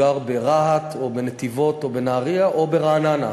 גר ברהט או בנתיבות או בנהריה או ברעננה.